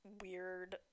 weird